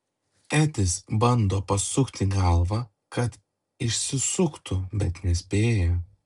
edis bando pasukti galvą kad išsisuktų bet nespėja